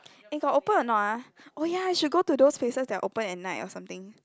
eh got open or not ah oh ya we should go to those places that are open at night or something